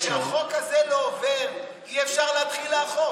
הרי כשהחוק הזה לא עובר, אי-אפשר להתחיל לאכוף.